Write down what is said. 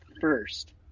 first